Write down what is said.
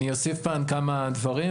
אני אוסיף כאן כמה דברים,